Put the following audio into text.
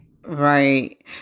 Right